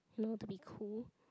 know to be cool